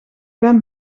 ben